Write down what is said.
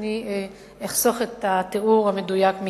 ואני אחסוך מכם את התיאור המדויק.